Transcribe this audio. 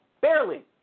Barely